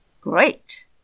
Great